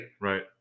Right